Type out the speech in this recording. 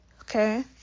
okay